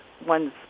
One's